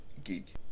Geek